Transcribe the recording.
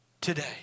today